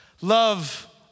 Love